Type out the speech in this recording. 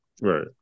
right